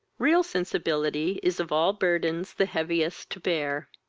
real sensibility is of all burthens the heaviest to bear.